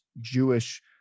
Jewish